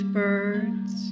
birds